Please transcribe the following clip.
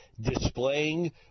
displaying